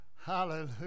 hallelujah